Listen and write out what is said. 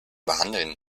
behandeln